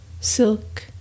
silk